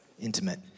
intimate